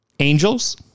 Angels